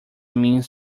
means